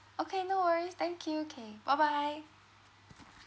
okay no worries thank you K bye bye